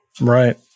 right